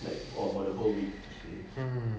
hmm